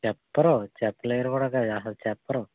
చెప్పరు చెప్పలేరు కూడా అసలు చెప్పరు